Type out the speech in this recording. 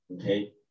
Okay